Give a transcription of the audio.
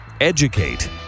Educate